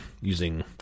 using